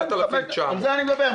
על זה אני מדבר,